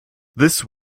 this